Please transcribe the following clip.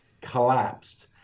collapsed